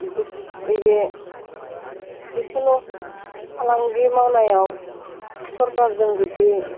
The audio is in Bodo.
दुख नैबे जिखुनु फालांगि मावनायाव सरकारजों जुदि